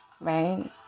right